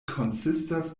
konsistas